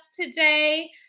today